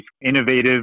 innovative